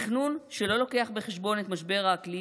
תכנון שלא לוקח בחשבון את משבר האקלים